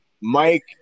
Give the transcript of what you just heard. Mike